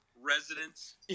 Residents